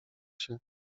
się